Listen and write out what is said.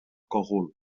cogul